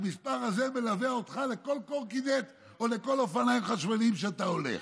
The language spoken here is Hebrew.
והמספר הזה מלווה אותך בכל קורקינט או בכל אופניים חשמליים שאתה הולך.